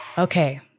Okay